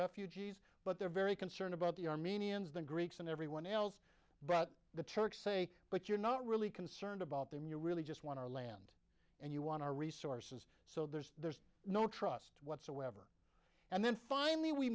refugees but they're very concerned about the armenians the greeks and everyone else but the turks say but you're not really concerned about them you're really just want our land and you want our resources so there's there's no trust whatsoever and then finally we